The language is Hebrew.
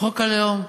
חוק הלאום,